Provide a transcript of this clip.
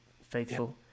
faithful